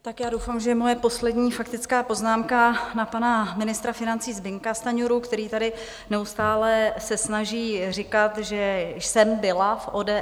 Tak já doufám, že je to moje poslední faktická poznámka na pana ministra financí Zbyňka Stanjuru, který se tady neustále snaží říkat, že jsem byla v ODS.